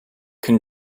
can